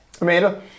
Amanda